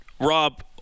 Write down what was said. Rob